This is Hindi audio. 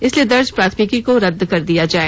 इसलिए दर्ज प्राथमिकी को रद कर दिया जाए